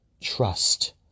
trust